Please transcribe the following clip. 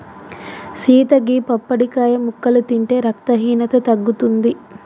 సీత గీ పప్పడికాయ ముక్కలు తింటే రక్తహీనత తగ్గుతుంది